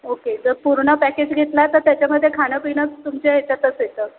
okay जर पूर्ण package घेतला तर त्याच्यामध्ये खाणंपिणं तुमच्या ह्याच्यातच येतं